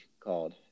Called